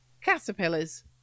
Caterpillars